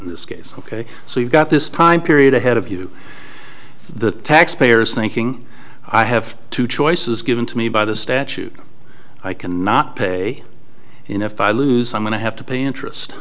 in this case ok so you've got this time period ahead of you the taxpayer is thinking i have two choices given to me by the statute i cannot pay and if i lose i'm going to have to pay interest